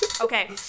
Okay